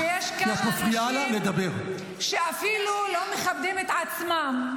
-- שיש כאן אנשים שאפילו לא מכבדים את עצמם,